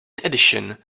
addition